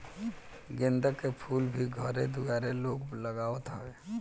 गेंदा के फूल भी घरे दुआरे लोग लगावत हवे